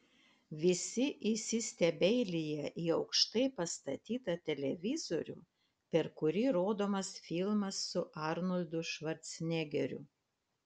visi įsistebeilija į aukštai pastatytą televizorių per kurį rodomas filmas su arnoldu švarcnegeriu